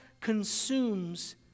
consumes